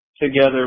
together